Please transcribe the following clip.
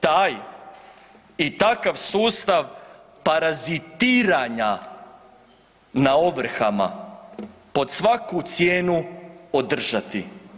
Taj i takav sustav parazitiranja na ovrhama pod svaku cijenu održati.